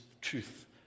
truth